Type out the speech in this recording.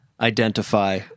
Identify